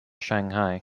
shanghai